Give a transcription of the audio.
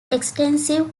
extensive